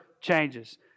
changes